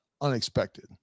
unexpected